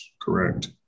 correct